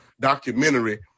documentary